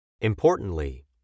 Importantly